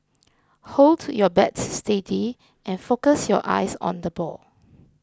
hold your bat steady and focus your eyes on the ball